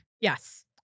Yes